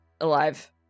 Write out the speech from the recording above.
alive